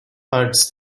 herds